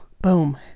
Boom